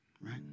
Right